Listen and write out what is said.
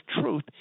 truth